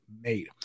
made